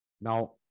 now